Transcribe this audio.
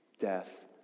death